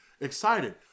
Excited